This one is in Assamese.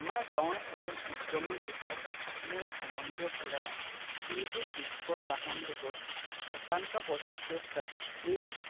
আমাৰ গাঁৱৰ এজন উদ্যমী যুৱক মোৰ সম্বন্ধীয় খুড়া শ্ৰীযুত দিকপল লাহনদেৱৰ একান্ত প্ৰচেষ্টাত এই